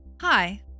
Hi